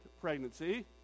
pregnancy